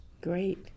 Great